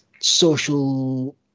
social